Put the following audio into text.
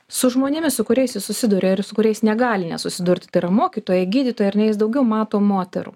su žmonėmis su kuriais jis susiduria ir su kuriais negali nesusidurti tai yra mokytojai gydytojai ar ne jis daugiau mato moterų